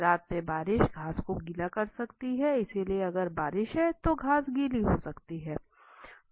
रात में बारिश घास को गीला कर सकती है इसलिए अगर बारिश है तो घास गीली हो सकती है